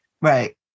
Right